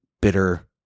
bitter